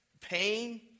pain